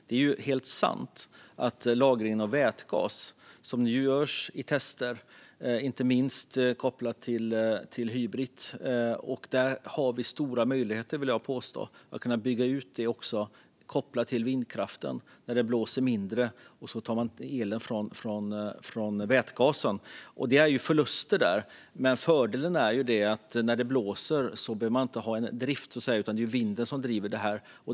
Det är sant att lagring av vätgas sker i tester, inte minst kopplat till Hybrit, och vi har stora möjligheter att bygga ut detta kopplat till vindkraften. När det blåser mindre tas elen från vätgasen. Det blir en förlust, men fördelen är att när det blåser driver vinden detta.